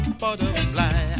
butterfly